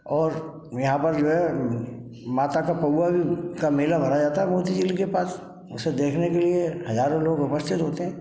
और यहाँ पर जो है माता का पऊआ भी का मेला भरा जाता है मोती झील के पास इसे देखने के लिए हजारों लोग उपस्थित होते हैं